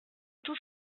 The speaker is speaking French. tout